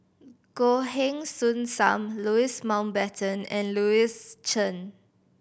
Goh Heng Soon Sam Louis Mountbatten and Louis Chen